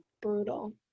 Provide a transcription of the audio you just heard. brutal